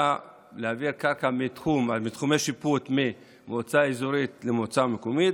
קרקע מתחומי שיפוט ממועצה אזורית למועצה מקומית.